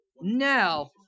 now